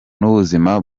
n’ubuzima